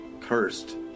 cursed